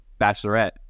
Bachelorette